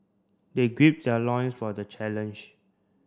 they their loin for the challenge